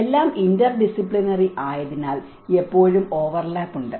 എല്ലാം interdisciplinary ആയതിനാൽ എപ്പോഴും ഓവർലാപ്പ് ഉണ്ട്